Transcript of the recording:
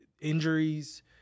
injuries